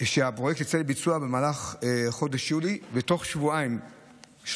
שהפרויקט יצא לביצוע במהלך חודש יולי ובתוך שבועיים-שלושה